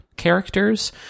characters